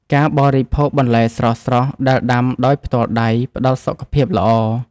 ការបរិភោគបន្លែស្រស់ៗដែលដាំដោយផ្ទាល់ដៃផ្ដល់សុខភាពល្អ។